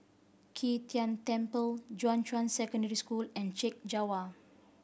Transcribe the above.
Qi Tian Tan Temple Junyuan Secondary School and Chek Jawa